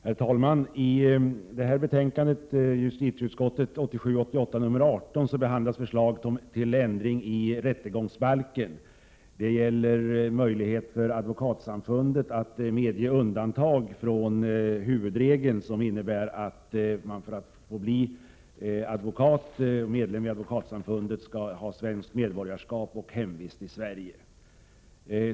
Herr talman! I justitieutskottets betänkande 1987/88:18 behandlas förslag om ändring i rättegångsbalken. Det gäller möjligheten för Advokatsamfun . det att medge undantag från huvudregeln, vilken innebär att man för att få bli medlem av Advokatsamfundet skall ha svenskt medborgarskap och hemvist i Sverige.